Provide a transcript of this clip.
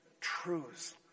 truths